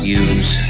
use